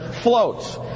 floats